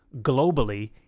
globally